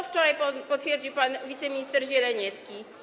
Wczoraj potwierdził to pan wiceminister Zieleniecki.